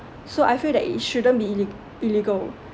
so I feel it is shouldn't be ille~ illegal